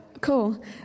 cool